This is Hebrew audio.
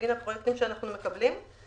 בגין הפרויקטים שאנחנו מקבלים,